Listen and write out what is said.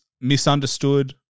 misunderstood